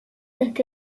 est